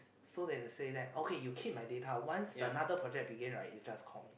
so that they will say that okay you keep my data once another project begin right you just call